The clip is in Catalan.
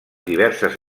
diverses